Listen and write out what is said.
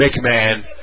McMahon